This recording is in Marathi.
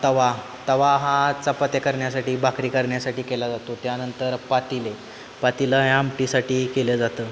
तवा तवा हा चपात्या करण्यासाठी भाकरी करण्यासाठी केला जातो त्यानंतर पातेले पातेलं ह्या आमटीसाठी केलं जातं